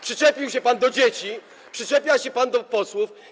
Przyczepił się pan do dzieci, przyczepia się pan do posłów.